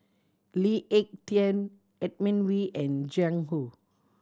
Lee Ek Tieng Edmund Wee and Jiang Hu